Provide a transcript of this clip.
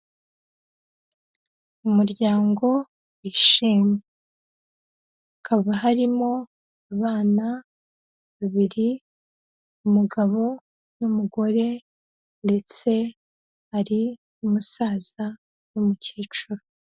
Umuryango wishimye, hakaba harimo abana babiri, umugabo n'umugore ndetse hari n'umusaza n'umukecuru.